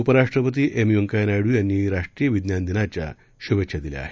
उपराष्ट्रपती एम व्यंकय्या नायडू यांनी राष्ट्रीय विज्ञान दिनाच्या शुभेच्छा दिल्या आहेत